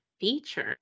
feature